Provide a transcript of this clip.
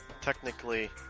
technically